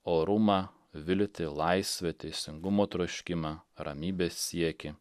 orumą viltį laisvę teisingumo troškimą ramybės siekį